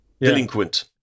delinquent